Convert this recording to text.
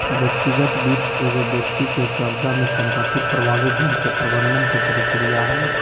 व्यक्तिगत वित्त एगो व्यक्ति के कब्ज़ा में संपत्ति प्रभावी ढंग से प्रबंधन के प्रक्रिया हइ